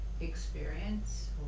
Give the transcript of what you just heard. experience